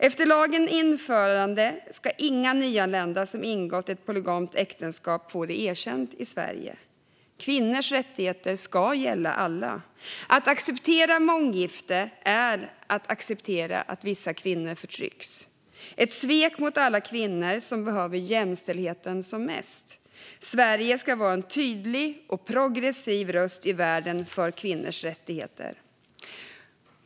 Efter lagens införande ska inga nyanlända som har ingått ett polygamt äktenskap få det erkänt i Sverige. Kvinnors rättigheter ska gälla alla. Att acceptera månggifte är att acceptera att vissa kvinnor förtrycks. Det är ett svek mot alla de kvinnor som behöver jämställdheten som mest. Sverige ska vara en tydlig och progressiv röst i världen för kvinnors rättigheter.